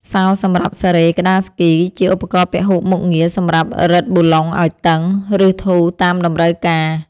សោសម្រាប់សារ៉េក្ដារស្គី ជាឧបករណ៍ពហុមុខងារសម្រាប់រឹតប៊ូឡុងឱ្យតឹង ឬធូរតាមតម្រូវការ។